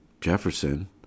Jefferson